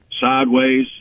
sideways